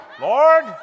Lord